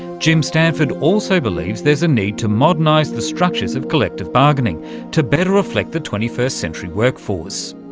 jim stanford also believes there's a need to modernise the structures of collective bargaining to better reflect the twenty first century workforce.